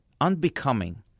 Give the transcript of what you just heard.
unbecoming